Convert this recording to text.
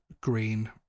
Green